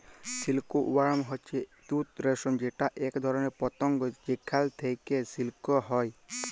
silk worm হচ্যে তুত রেশম যেটা এক ধরণের পতঙ্গ যেখাল থেক্যে সিল্ক হ্যয়